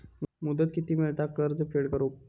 मुदत किती मेळता कर्ज फेड करून?